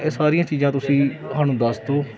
ਇਹ ਸਾਰੀਆਂ ਚੀਜ਼ਾਂ ਤੁਸੀਂ ਸਾਨੂੰ ਦੱਸ ਦਿਓ